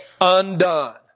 undone